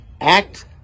act